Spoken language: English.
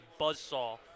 buzzsaw